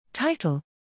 Title